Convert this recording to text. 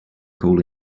call